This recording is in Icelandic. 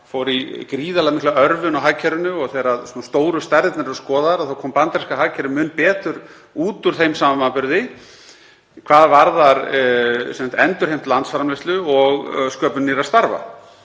fóru í gríðarlega mikla örvun á hagkerfinu. Þegar stóru stærðirnar eru skoðaðar kemur bandaríska hagkerfið mun betur út úr þeim samanburði hvað varðar endurheimt landsframleiðslu og sköpun nýrra starfa.